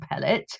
pellet